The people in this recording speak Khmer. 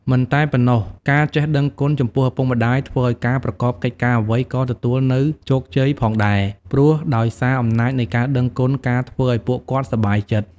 មិនតែប៉ុណ្ណោះ ការចេះដឹងគុណចំពោះឪពុកម្ដាយធ្វើឲ្យការប្រកបកិច្ចការអ្វីក៏ទទួលនៅជោគជ័យផងដែរ ព្រោះដោយសារអំណាចនៃការដឹងគុណការធ្វើឲ្យពួកគាត់សប្បាយចិត្ត។